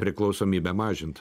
priklausomybę mažint